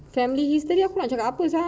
family history aku nak cakap apa sia